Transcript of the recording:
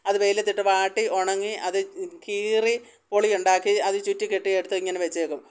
അത് വെയിലത്ത് ഇട്ട് വാട്ടി ഉണങ്ങി അത് കീറി പൊളിയുണ്ടാക്കി അത് ചുറ്റിക്കെട്ടി എടുത്ത് ഇങ്ങനെ വച്ചേയ്ക്കും